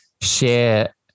share